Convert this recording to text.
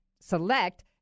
select